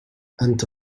أنت